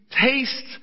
taste